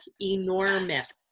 enormous